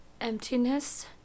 Emptiness